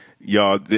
y'all